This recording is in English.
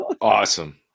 Awesome